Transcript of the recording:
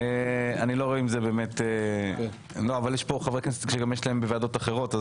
יש פה חברי כנסת שיש להם גם ועדות אחרות.